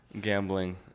gambling